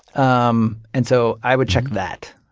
um and so i would check that.